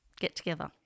get-together